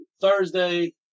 Thursday